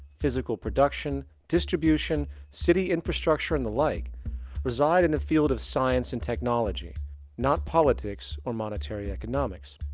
physical production, distribution, city infrastructure and the like reside in the field of science and technology not politics or monetary economics.